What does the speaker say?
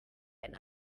and